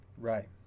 Right